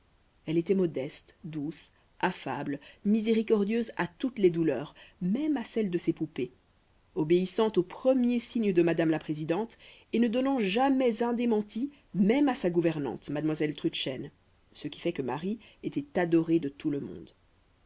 elle était modeste douce affable miséricordieuse à toutes les douleurs même à celles de ses poupées obéissante au premier signe de madame la présidente et ne donnant jamais un démenti même à sa gouvernante mademoiselle trudchen ce qui fait que marie était adorée de tout le monde